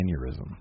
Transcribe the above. aneurysm